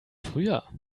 früher